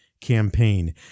campaign